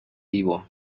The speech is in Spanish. vivo